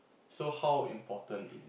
so how important is